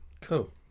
Cool